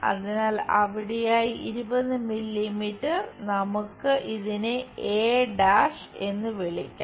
അതിനാൽ അവിടെയായി 20 മില്ലീമീറ്റർ നമുക്ക് ഇതിനെ a' എന്ന് വിളിക്കാം